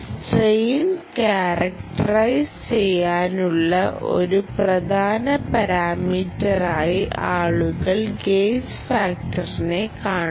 strain characterise ചെയ്യാനുള്ള ഒരു പ്രധാന പാരാമീറ്ററായി ആളുകൾ ഗേജ് ഫാക്ടർ കാണുന്നു